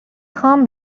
خوام